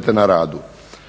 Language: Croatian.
zaštite na radu.